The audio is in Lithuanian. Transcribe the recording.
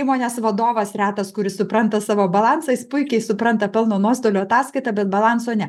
įmonės vadovas retas kuris supranta savo balansą jis puikiai supranta pelno nuostolio ataskaitą bet balanso ne